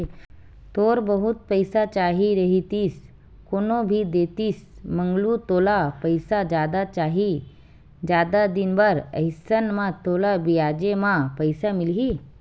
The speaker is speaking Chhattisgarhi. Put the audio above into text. थोर बहुत पइसा चाही रहितिस कोनो भी देतिस मंगलू तोला पइसा जादा चाही, जादा दिन बर अइसन म तोला बियाजे म पइसा मिलही